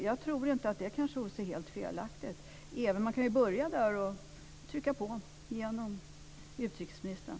Jag tror inte att en svensk arbetsgrupp vore helt felaktigt. Man kan ju börja där och trycka på genom utrikesministern.